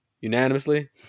unanimously